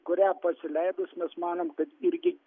kurią pasileidus mes manom kad irgi